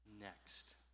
next